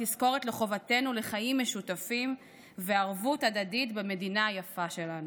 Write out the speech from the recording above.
ותזכורת לחובתנו לחיים משותפים וערבות הדדית במדינה היפה שלנו.